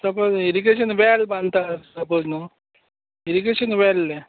समज irrigation well बांदता suppose न्हू इरिगेशन व्हेल रे